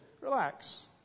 Relax